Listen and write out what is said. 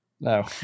no